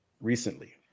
recently